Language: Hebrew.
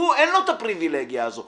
לו אין את הפריבילגיה הזאת,